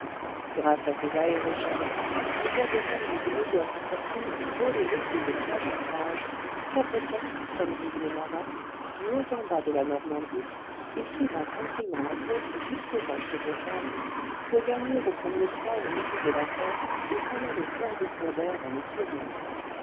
grâce à ces aérochalets on voit des familles de médiocre fortune voler l'été de plage en plage cabotant comme disent les marins du haut en bas de la normandie normandie suivant tranquillement la côte jusqu'aux roches de bretagne pour gagner aux premiers froids le midi de la france et s'en aller faire des cures d'air dans les pyrénées